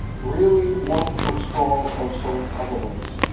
really want to explore also other ways.